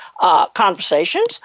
conversations